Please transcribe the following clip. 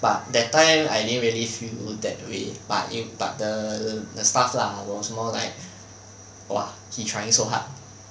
but that time I didn't really feel that way but you but the the stuff lah was more like !wah! he trying so hard